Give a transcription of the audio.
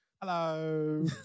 Hello